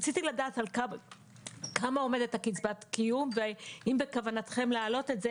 רציתי לדעת על כמה עומדת קצבת הקיום והאם בכוונתכם להעלות את זה.